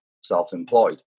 self-employed